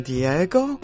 Diego